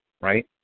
right